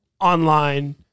online